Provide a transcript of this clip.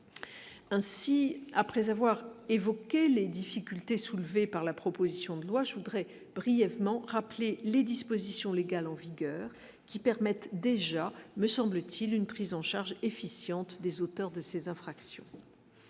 ainsi après avoir évoqué les difficultés soulevées par la proposition de loi je voudrais brièvement rappelé les dispositions légales en vigueur qui permettent déjà me semble-t-il, une prise en charge efficiente des auteurs de ces infractions,